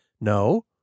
No